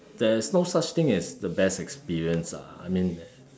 there's no such thing as the best experience lah I mean